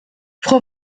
frau